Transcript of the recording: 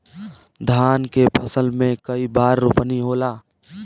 धान के फसल मे कई बार रोपनी होला?